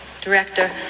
director